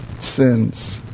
sins